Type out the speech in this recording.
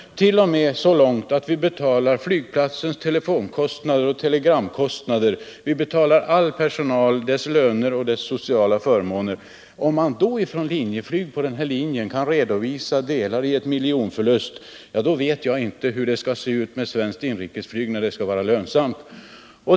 Vi går t.o.m. så långt att vi betalar flygplatsens telefonoch telegramkostnader, och så betalar vi alltså även löner och sociala förmåner för all personal. Om Linjeflyg på den här linjen kan redovisa miljonförluster, ja, då vet jag inte hur svenskt inrikesflyg skall se ut för att vara lönsamt.